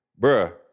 Bruh